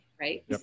right